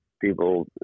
people